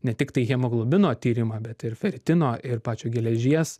ne tiktai hemoglobino tyrimą bet ir feritino ir pačio geležies